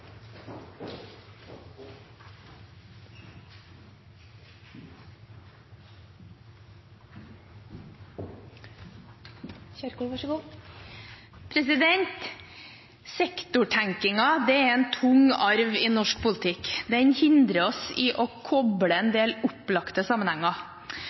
er en tung arv i norsk politikk. Den hindrer oss i å koble en del opplagte sammenhenger.